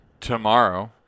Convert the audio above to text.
tomorrow